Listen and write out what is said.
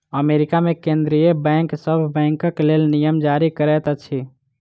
America मे केंद्रीय bank सभ बैंकक लेल नियम जारी करैत अछि